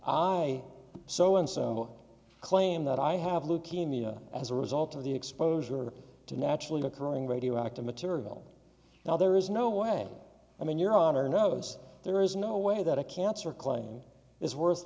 i so and so claim that i have leukemia as a result of the exposure to naturally occurring radioactive material now there is no way i mean your honor knows there is no way that a cancer claim is worth